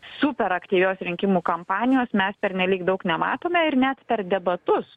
super aktyvios rinkimų kampanijos mes pernelyg daug nematome ir net per debatus